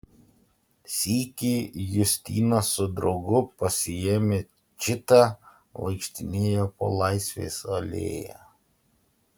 sykį justina su draugu pasiėmę čitą vaikštinėjo po laisvės alėją